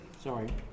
sorry